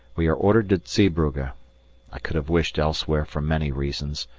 we are ordered to zeebrugge i could have wished elsewhere for many reasons,